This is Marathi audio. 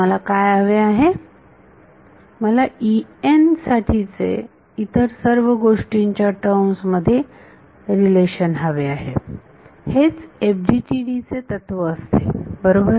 मला साठीचे इतर सर्व गोष्टींच्या टर्म मध्ये रिलेशन हवे आहे हेच FDTD चे तत्त्व असते बरोबर